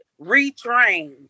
retrain